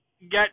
get